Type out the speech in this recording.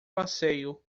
passeio